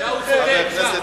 ייאמן.